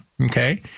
okay